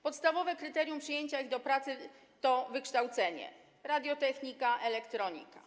Podstawowe kryterium przyjęcia ich do pracy to wykształcenie: radiotechnika, elektronika.